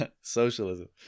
socialism